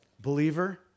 Believer